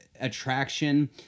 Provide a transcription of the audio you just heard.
attraction